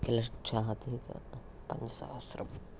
लक्षाधिकपञ्चसहस्रम्